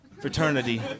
fraternity